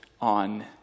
on